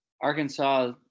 Arkansas